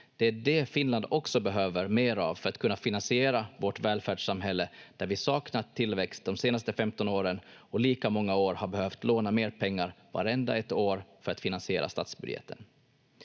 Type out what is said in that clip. Det är det Finland också behöver mer av för att kunna finansiera vårt välfärdssamhälle, där vi saknat tillväxt de senaste 15 åren och lika många år har behövt låna mer pengar vartenda ett år för att finansiera statsbudgeten.